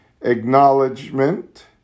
acknowledgement